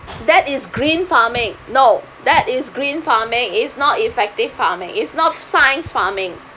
that is green farming no that is green farming it's not effective farming it's not science farming